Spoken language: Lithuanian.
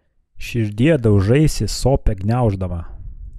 širdie daužaisi sopę gniauždama